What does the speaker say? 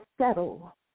settle